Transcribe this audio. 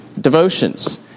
devotions